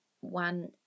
one